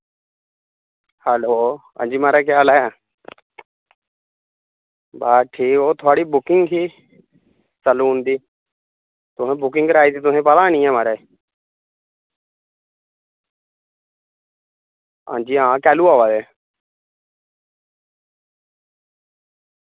hello अंजी म्हाराज केह् हाल ऐ बस ठीक ओह् थुआढ़ी बुकिंग ही सैलून दी तुसें बुकिंग कराई ते तुसेंगी पता निं ऐ म्हाराज आं जी आं कैलूं आवा दे